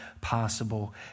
possible